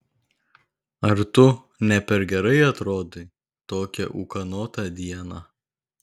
ar tu ne per gerai atrodai tokią ūkanotą dieną